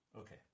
Okay